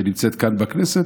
שנמצאת כאן בכנסת.